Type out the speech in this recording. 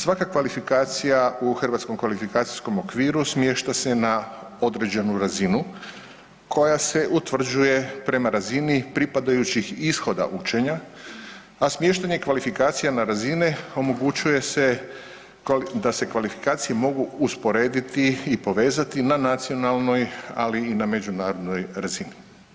Svaka kvalifikacija u hrvatskom kvalifikacijskom okviru smješta se na određenu razinu koja se utvrđuje prema razini pripadajućih ishoda učenja, a smještanje kvalifikacija na razine omogućuje se da se kvalifikacije mogu usporediti i povezati na nacionalnoj, ali i na međunarodnoj razini.